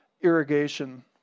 irrigation